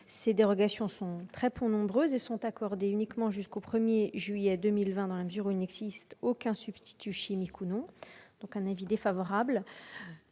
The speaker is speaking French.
Ces dérogations, très peu nombreuses, sont accordées uniquement jusqu'au 1 juillet 2020 dans la mesure où il n'existe aucun substitut, chimique ou non. L'amendement